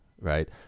right